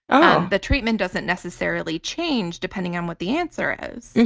um the treatment doesn't necessarily change depending on what the answer is.